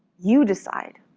you decide.